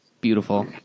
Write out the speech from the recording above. Beautiful